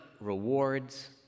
rewards